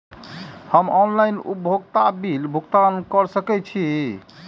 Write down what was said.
हम ऑनलाइन उपभोगता बिल भुगतान कर सकैछी?